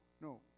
no